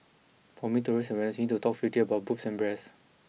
for me to raise awareness you need to talk freely about boobs and breasts